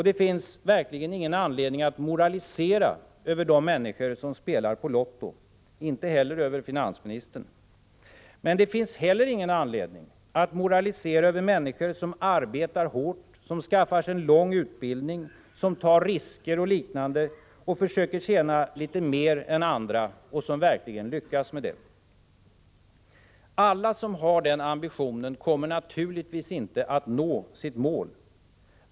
Det finns verkligen ingen anledning att moralisera över de människor som spelar på Lotto, inte heller över finansministern. Men det finns heller ingen anledning att moralisera över människor som arbetar hårt, som skaffar sig en lång utbildning, som tar risker och liknande och försöker tjäna litet mer än andra och som verkligen lyckas med det. Alla som har den ambitionen kommer naturligtvis inte att nå dit.